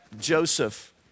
Joseph